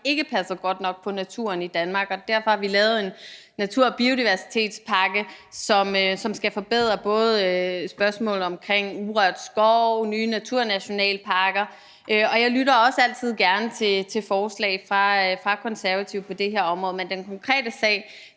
ikke har passet godt nok på naturen i Danmark. Derfor har vi lavet en natur- og biodiversitetspakke, som skal forbedre naturen med urørt skov og nye naturnationalparker. Jeg lytter altid gerne til forslag fra Konservative på det her område, men den konkrete sag